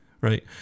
right